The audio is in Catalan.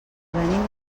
venim